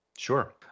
Sure